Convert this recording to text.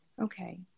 Okay